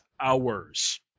hours